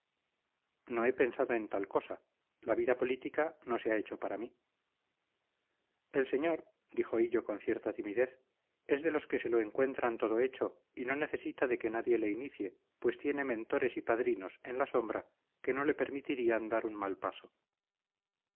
no he pensado en tal cosa la vida política no se ha hecho para mí el señor dijo hillo con cierta timidez es de los que se lo encuentran todo hecho y no necesita de que nadie le inicie pues tiene mentores y padrinos en la sombra que no le permitirían dar un mal paso